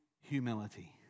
humility